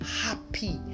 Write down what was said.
happy